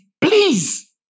Please